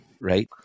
right